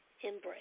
embrace